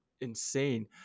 insane